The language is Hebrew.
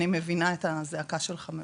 אני מבינה את הזעקה שלך מאוד.